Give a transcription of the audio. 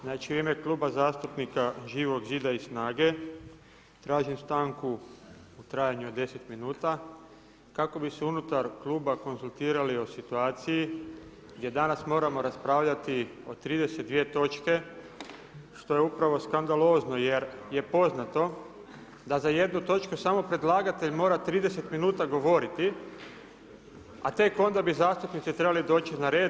Znači, u ime kluba zastupnika Živog Zida i Snage tražim stanku u trajanju od 10 minuta kako bi se unutar kluba konzultirali o situaciji gdje danas moramo raspravljati o 32 točke, što je upravo skandalozno jer je poznato da za jednu točku samo predlagatelj mora 30 minuta govoriti, a tek onda bi zastupnici trebali doći na red.